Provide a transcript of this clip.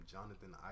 Jonathan